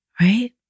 right